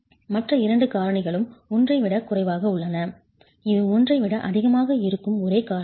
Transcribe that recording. மற்ற இரண்டு காரணிகளும் 1 ஐ விட குறைவாக உள்ளன இது 1 ஐ விட அதிகமாக இருக்கும் ஒரே காரணியாகும்